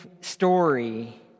story